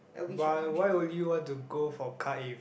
but why will you want to go for card if